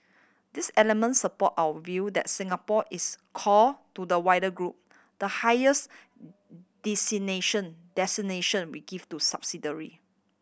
these elements support our view that Singapore is core to the wider group the highest designation we give to subsidiary